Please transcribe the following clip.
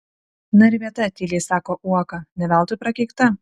na ir vieta tyliai sako uoka ne veltui prakeikta